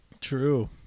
True